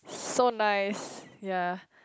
so nice ya